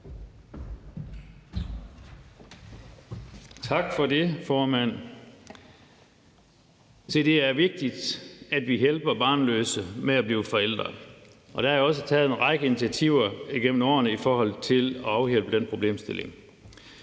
Tak for det, formand. Se, det er vigtigt, at vi hjælper barnløse med at blive forældre, og der er jo også taget en række initiativer igennem årene i forhold til at afhjælpe den problemstilling.